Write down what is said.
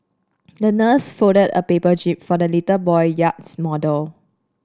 the nurse folded a paper jib for the little boy yacht model